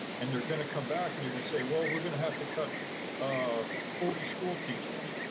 and they're gonna come back and they're gonna say, well, we're gonna have to cut a forty schoolteachers.